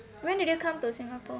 when did you come to singapore